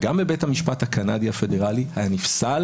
וגם בבית המשפט הקנדי הפדרלי היה נפסל